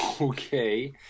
Okay